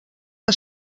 que